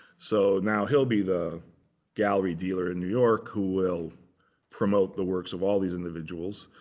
so now he'll be the gallery dealer in new york who will promote the works of all these individuals.